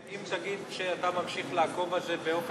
אם תגיד שאתה ממשיך לעקוב אחרי זה באופן אישי,